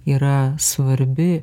yra svarbi